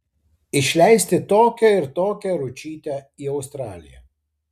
išleisti tokią ir tokią ručytę į australiją